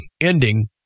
ending